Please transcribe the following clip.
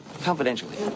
Confidentially